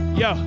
yo